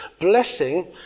Blessing